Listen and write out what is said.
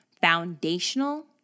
foundational